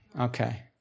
Okay